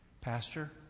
Pastor